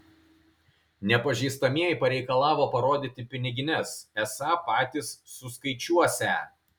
nepažįstamieji pareikalavo parodyti pinigines esą patys suskaičiuosią